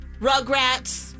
Rugrats